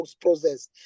process